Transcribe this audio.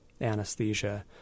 anesthesia